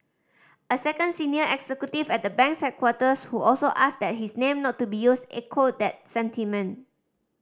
a second senior executive at the bank's headquarters who also asked that his name not to be used echoed that sentiment